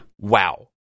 Wow